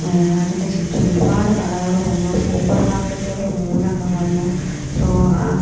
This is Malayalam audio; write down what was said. അതിൻ്റെ ചുറ്റും ഒരുപാട് കടകൾ വന്നു സൂപ്പർ മാർക്കറ്റുകൾ മൂന്നെണ്ണം വന്നു സോ ആ